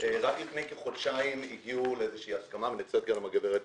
רק לפני כחודשיים הגיעו לאיזושהי הסכמה ונמצאת כאן הגברת